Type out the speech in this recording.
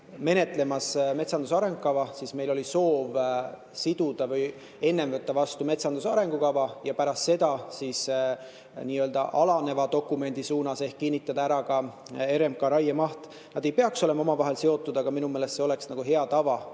menetlesime metsanduse arengukava ja meil oli soov enne võtta vastu see ja pärast seda minna nii-öelda alaneva dokumendi suunas ehk kinnitada ära ka RMK raiemaht. Need ei peaks olema omavahel seotud, aga minu meelest see oleks nagu hea tava,